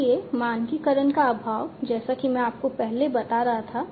इसलिए मानकीकरण का अभाव है जैसा कि मैं आपको पहले बता रहा था